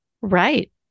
Right